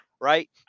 right